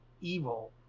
evil